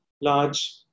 large